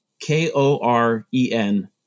K-O-R-E-N